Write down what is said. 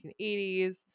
1980s